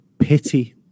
pity